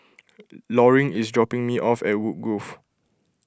Loring is dropping me off at Woodgrove